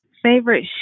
favorite